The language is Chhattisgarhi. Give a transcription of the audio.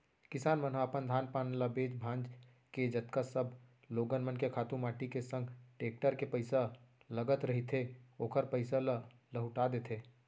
किसान मन ह अपन धान पान ल बेंच भांज के जतका सब लोगन मन के खातू माटी के संग टेक्टर के पइसा लगत रहिथे ओखर पइसा ल लहूटा देथे